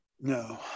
no